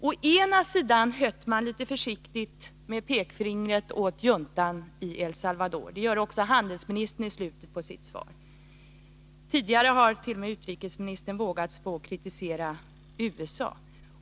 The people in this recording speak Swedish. Å ena sidan hötter man försiktigt med pekfingret åt juntan i El Salvador — det gör också handelsministern i slutet av sitt svar. Tidigare har t.o.m. utrikesministern vågat sig på att kritisera USA.